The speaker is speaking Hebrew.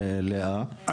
לאה,